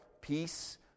peace